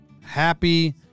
Happy